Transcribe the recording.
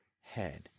head